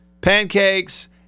pancakes